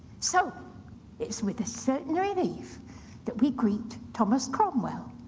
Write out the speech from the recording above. so it's with a certain relief that we greet thomas cromwell,